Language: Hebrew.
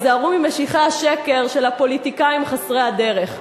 היזהרו ממשיחי השקר של הפוליטיקאים חסרי הדרך,